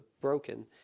broken